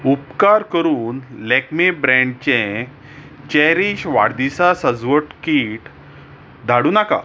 उपकार करून लॅक्मे ब्रॅन्डचें चॅरीश वाडदिसां सजवट किट धाडूं नाका